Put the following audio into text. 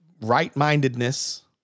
right-mindedness